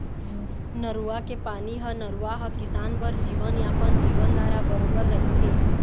नरूवा के पानी ह नरूवा ह किसान बर जीवनयापन, जीवनधारा बरोबर रहिथे